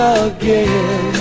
again